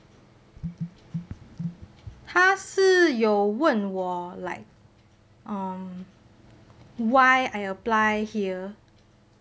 他是有问我 like um why I apply here